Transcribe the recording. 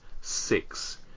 six